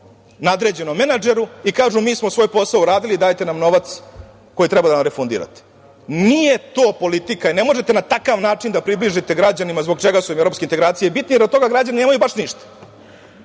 nadređenom menadžeru i kažu, mi smo svoj posao uradili dajte nam novac koji treba da refundirate. Nije to politika i ne možete na takav način da približite građanima zbog čega su evropske integracije bitne, jer od toga građani nemaju baš ništa.